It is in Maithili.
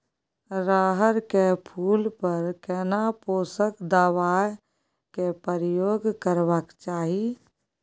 रहर के फूल पर केना पोषक दबाय के प्रयोग करबाक चाही?